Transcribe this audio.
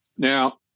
Now